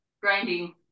grinding